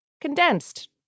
condensed